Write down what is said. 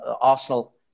Arsenal